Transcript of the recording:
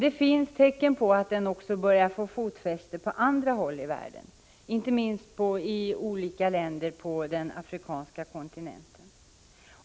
Det finns tecken på att den också börjar få fotfäste på andra håll i världen, inte minst i olika länder på den afrikanska kontintenten.